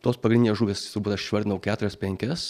tos pagrindinės žuvys turbūt aš išvardinau keturias penkias